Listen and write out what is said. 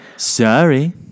sorry